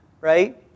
right